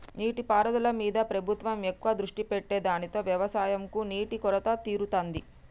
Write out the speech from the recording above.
నీటి పారుదల మీద ప్రభుత్వం ఎక్కువ దృష్టి పెట్టె దానితో వ్యవసం కు నీటి కొరత తీరుతాంది